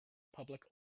public